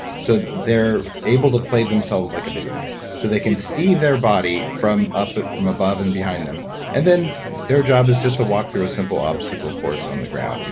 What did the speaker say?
so they're able to play themselves like a video game. so they can see their body from up from above and behind them and then their job is just to walk through a simple obstacle course on the ground. yeah